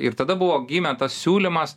ir tada buvo gimė tas siūlymas